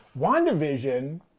WandaVision